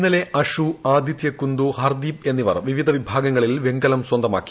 ഇന്നലെ അഷു ആദിത്യ കുന്ദു ഹർദീപ് എന്നിവർ വിവിധ വിഭാഗങ്ങളിൽ വെങ്കലം സ്വന്തമാക്കി